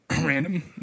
random